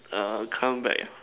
uh come back ah